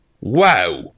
Wow